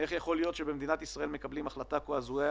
איך יכול להיות שבמדינת ישראל מקבלים החלטה כה הזויה